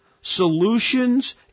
solutions